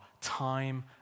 time